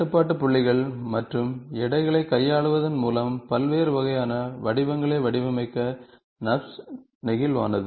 கட்டுப்பாட்டு புள்ளிகள் மற்றும் எடைகளை கையாளுவதன் மூலம் பல்வேறு வகையான வடிவங்களை வடிவமைக்க நர்ப்ஸ் நெகிழ்வானது